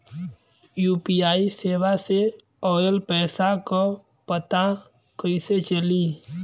UPI सेवा से ऑयल पैसा क पता कइसे चली?